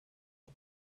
and